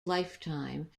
lifetime